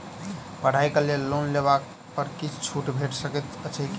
पढ़ाई केँ लेल लोन लेबऽ पर किछ छुट भैट सकैत अछि की?